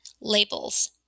labels